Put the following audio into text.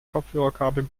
kopfhörerkabel